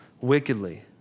wickedly